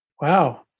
Wow